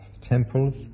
temples